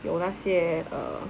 有那些 uh